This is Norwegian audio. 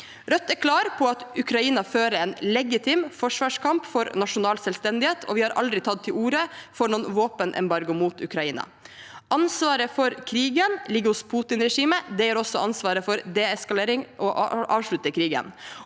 Rødt er klar på at Ukraina fører en legitim forsvarskamp for nasjonal selvstendighet, og vi har aldri tatt til orde for noen våpenembargo mot Ukraina. Ansvaret for krigen ligger hos Putin-regimet. Det gjør også ansvaret for deeskalering og å avslutte krigen.